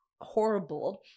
horrible